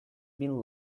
been